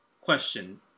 question